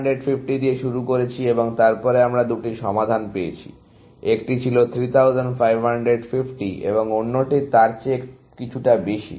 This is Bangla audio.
আমরা 3550 দিয়ে শুরু করেছি এবং তারপরে আমরা দুটি সমাধান পেয়েছি একটি ছিল 3550 এবং অন্যটি তার চেয়ে কিছুটা বেশি